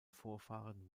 vorfahren